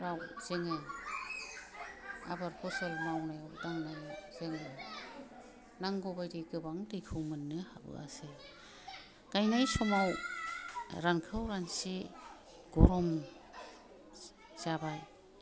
राव जोङो आबाद फसल मावनायाव दांनायाव जोङो नांगौ बादियै गोबां दैखौ मोननो हाबोआसै गायनाय समाव रानखाव रानसि गरम जाबाय